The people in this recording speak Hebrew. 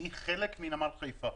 היא חלק מנמל חיפה,